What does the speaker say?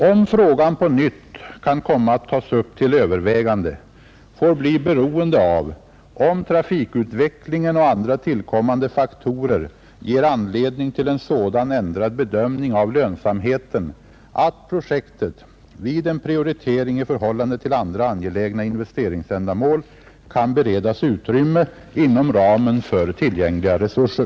Om frågan på nytt kan komma att tas upp till övervägande får bli beroende av om trafikutvecklingen och andra tillkommande faktorer ger anledning till en sådan ändrad bedömning av lönsamheten att projektet — vid en prioritering i förhållande till andra angelägna investeringsändamål — kan beredas utrymme inom ramen för tillgängliga resurser.